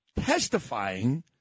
Testifying